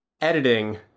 editing